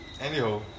anyhow